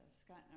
Scott